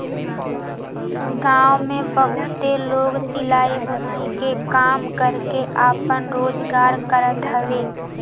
गांव में बहुते लोग सिलाई, बुनाई के काम करके आपन रोजगार करत हवे